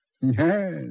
Yes